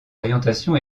orientation